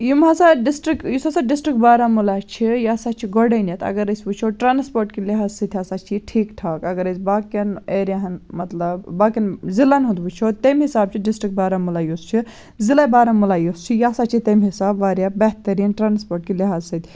یِم ہَسا ڈِسٹرک یُس ہَسا ڈِسٹرک بارہمولہ چھِ یہِ ہَسا چھِ گۄڈٕنٮ۪تھ اگر أسۍ وٕچھو ٹرٛانٛسپوٹ کہِ لِحاظ سۭتۍ ہَسا چھِ یہِ ٹھیٖک ٹھاک اگر أسۍ باقیَن ایریاہَن مطلب باقیَن ضِلَن ہُنٛد وٕچھو تَمہِ حِساب چھُ ڈِسٹِرک بارہمولہ یُس چھِ ضلعے بارہمولہ یُس چھُ یہِ ہَسا چھِ تَمہِ حِساب واریاہ بہتریٖن ٹرٛانٛسپوٹ کہِ لِحاظ سۭتۍ